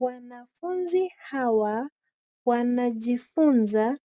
Wanafunzi hawa, wanajifunza,